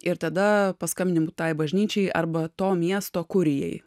ir tada paskambi tai bažnyčiai arba to miesto kurijai